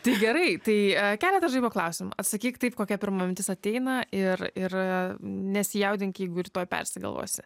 tai gerai tai keletas žaibo klausimų atsakyk taip kokia pirma mintis ateina ir ir nesijaudink jeigu rytoj persigalvosi